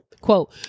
Quote